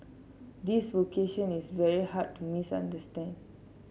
this vocation is very hard to misunderstand